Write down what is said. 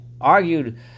argued